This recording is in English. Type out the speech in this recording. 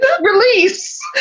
Release